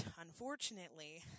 unfortunately